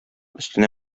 өстенә